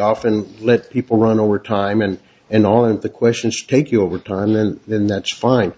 often let people run over time and and all of the questions take you over term and then that's fine